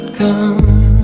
come